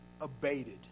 abated